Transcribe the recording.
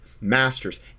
Masters